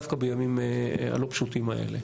דווקא בימים הלא פשוטים האלה.